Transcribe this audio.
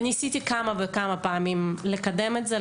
וניסיתי כמה וכמה פעמים לקדם את זה.